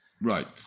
Right